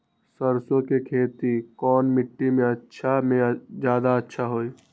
सरसो के खेती कौन मिट्टी मे अच्छा मे जादा अच्छा होइ?